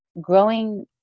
growing